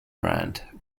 brand